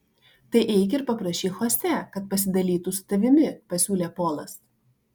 tai eik ir paprašyk chosė kad pasidalytų su tavimi pasiūlė polas